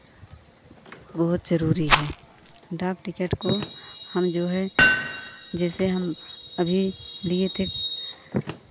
बहुत ज़रूरी है डाक टिकट को हम जो है जैसे हम अभी लिए थे